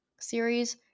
series